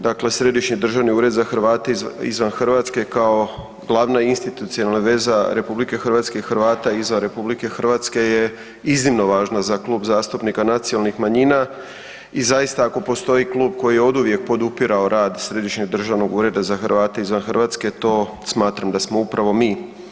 Dakle Središnji državni ured za Hrvate izvan Hrvatske kao glavna institucionalna veza RH i Hrvata izvan RH je iznimno važna za Klub zastupnika nacionalnih manjina i zaista, ako postoji klub koji je oduvijek podupirao rad Središnji državni ured za Hrvate izvan RH to smatram da smo upravo mi.